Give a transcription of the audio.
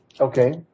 Okay